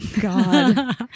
God